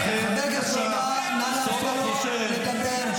כשהייתה המהפכה הקומוניסטית,